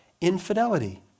infidelity